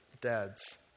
Dads